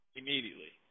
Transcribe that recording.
immediately